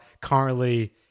currently